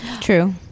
true